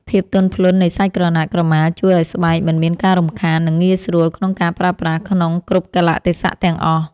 ភាពទន់ភ្លន់នៃសាច់ក្រណាត់ក្រមាជួយឱ្យស្បែកមិនមានការរំខាននិងងាយស្រួលក្នុងការប្រើប្រាស់ក្នុងគ្រប់កាលៈទេសៈទាំងអស់។